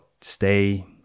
stay